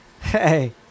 hey